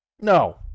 No